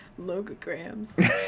logograms